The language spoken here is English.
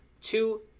two